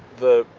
the,